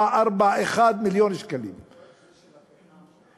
44,441,000 שקלים, יכול להיות שזה של הפחם שם.